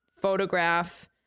photograph